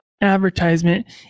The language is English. advertisement